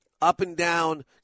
up-and-down